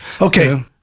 Okay